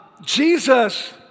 Jesus